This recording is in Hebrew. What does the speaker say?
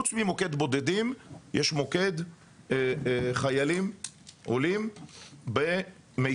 חוץ ממוקד בודדים יש מוקד חיילים עולים במיטב,